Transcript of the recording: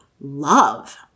love